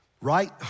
Right